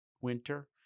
winter